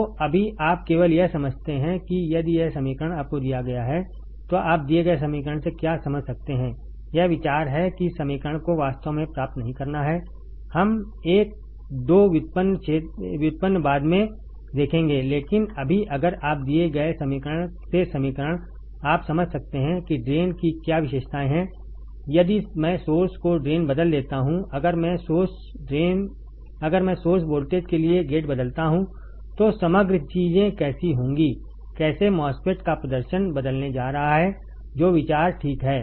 तो अभी आप केवल यह समझते हैं कि यदि यह समीकरण आपको दिया गया है तो आप दिए गए समीकरण से क्या समझ सकते हैं यह विचार है कि समीकरण को वास्तव में प्राप्त नहीं करना है हम एक 2 व्युत्पन्न बाद में देखेंगे लेकिन अभी अगर आप दिए गए हैं समीकरण से समीकरण आप समझ सकते हैं कि ड्रेन की क्या विशेषताएं हैं यदि मैं सोर्स को ड्रेन बदल देता हूं अगर मैं सोर्स वोल्टेज के लिए गेट बदलता हूं तो समग्र चीजें कैसे होंगी कैसे MOSFET का प्रदर्शन बदलने जा रहा है जो विचार ठीक है